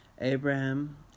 Abraham